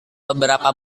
beberapa